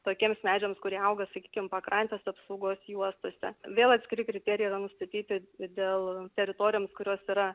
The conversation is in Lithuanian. tokiems medžiams kurie auga sakykim pakrantės apsaugos juostose vėl atskiri kriterijai yra nustatyti dėl teritorijoms kurios yra